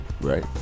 Right